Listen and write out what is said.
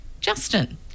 Justin